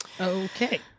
Okay